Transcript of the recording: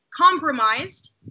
compromised